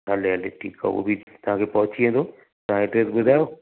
हले हले ठीक आहे उहो बि तव्हां खे पहुंची वेंदो तव्हां ऐड्रेस ॿुधायो